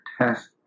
test